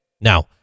Now